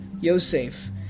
Yosef